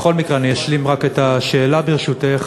בכל מקרה אשלים רק את השאלה, ברשותך.